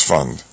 Fund